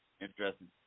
Interesting